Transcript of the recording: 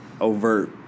overt